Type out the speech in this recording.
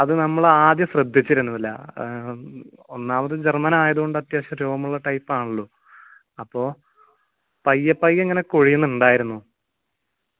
അത് നമ്മളാദ്യം ശ്രദ്ധിച്ചിരുന്നില്ല ഒന്നാമത് ജർമ്മനായതുകൊണ്ട് അത്യാവശ്യം രോമമുള്ള ടൈപ്പാണല്ലോ അപ്പോൾ പയ്യെ പയ്യെ ഇങ്ങനെ കൊഴിയുന്നുണ്ടായിരുന്നു